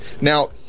Now